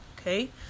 Okay